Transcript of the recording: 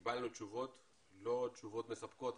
קיבלנו תשובות לא מספקות,